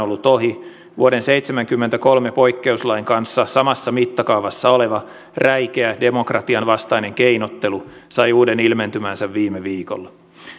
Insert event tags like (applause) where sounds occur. (unintelligible) ollut ohi vuoden seitsemänkymmentäkolme poikkeuslain kanssa samassa mittakaavassa oleva räikeä demokratian vastainen keinottelu sai uuden ilmentymänsä viime viikolla